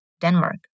Denmark